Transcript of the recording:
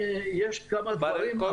יש כמה דברים,